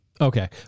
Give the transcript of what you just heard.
Okay